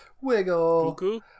Wiggle